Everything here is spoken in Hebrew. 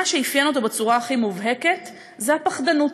מה שאפיין אותו בצורה הכי מובהקת זה הפחדנות.